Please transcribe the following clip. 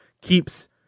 keeps